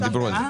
דיברו על זה.